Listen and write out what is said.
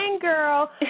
girl